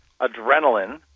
adrenaline